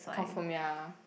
confirm ya